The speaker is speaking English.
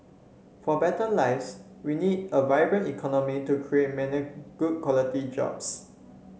for better lives we need a vibrant economy to create many good quality jobs